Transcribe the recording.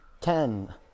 ten